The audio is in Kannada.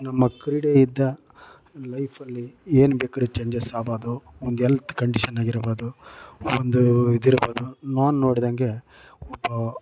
ನಮ್ಮ ಕ್ರೀಡೆಯಿಂದ ಈ ಲೈಫಲ್ಲಿ ಏನು ಬೇಕಾದ್ರೂ ಚೇಂಜಸ್ ಆಗ್ಬೋದು ಒಂದು ಹೆಲ್ತ್ ಕಂಡೀಷನ್ನಾಗಿರ್ಬೋದು ಒಂದು ಇದಿರಬಹುದು ನಾನು ನೋಡಿದಂಗೆ ಒಬ್ಬ